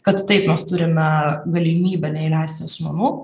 kad taip mes turime galimybę neįleisti asmenų